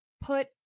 put